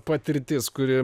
patirtis kuri